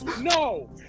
No